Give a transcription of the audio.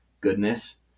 goodness